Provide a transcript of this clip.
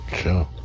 sure